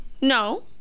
No